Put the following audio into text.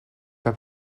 pas